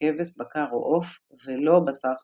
כבש, בקר או עוף ולא בשר חזיר.